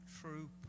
true